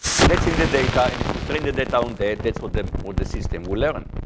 and that's in the data, and if you train the data down there, that's what the what the system will learn.